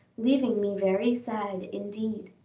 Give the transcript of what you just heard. leaving me very sad, indeed.